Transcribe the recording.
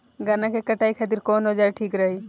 गन्ना के कटाई खातिर कवन औजार ठीक रही?